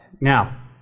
Now